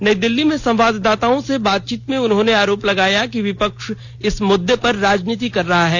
नई दिल्ली में संवाददाताओं से बातचीत में उन्होंने आरोप लगाया कि विपक्ष इस मुद्दे पर राजनीति कर रहा है